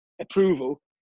approval